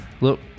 look